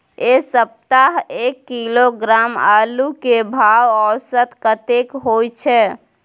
ऐ सप्ताह एक किलोग्राम आलू के भाव औसत कतेक होय छै?